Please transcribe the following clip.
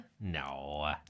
no